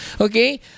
Okay